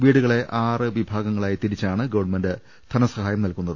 വീടുകളെ ആറ് വിഭാഗ ങ്ങളായി തിരിച്ചാണ് ഗവൺമെന്റ് ധനസഹായം നൽകുന്നത്